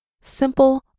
simple